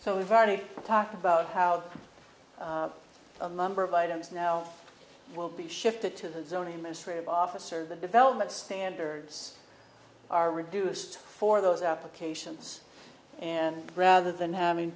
so we've already talked about how a number of items now will be shifted to the zone in ministry of officer the development standards are reduced for those applications and rather than having